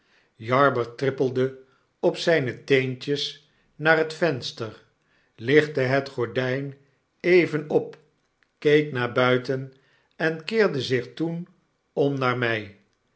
jarber trippelde op zyne teentjes naar het venster lichtte het gordp even op keek naar buiten en keerde zich toen om naar my